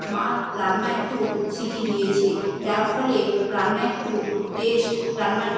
মা রান্না একটু শিখিয়ে দিয়েছে যার ফলে রান্না একটু টেস্ট রান্নার